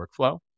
workflow